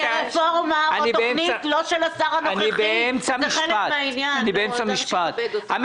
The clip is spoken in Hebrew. זאת רפורמה או תכנית לא של השר הנוכחי אז למה לכבד אותה?